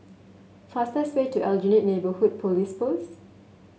fastest way to Aljunied Neighbourhood Police Post